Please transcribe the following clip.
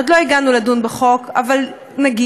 עוד לא הגענו לדון בחוק, אבל נגיע.